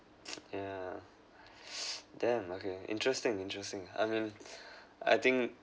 yeah damn okay interesting interesting I mean I think